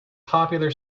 popular